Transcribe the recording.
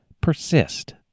persist